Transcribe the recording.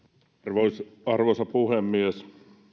arvoisa puhemies